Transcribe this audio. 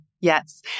Yes